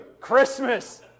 Christmas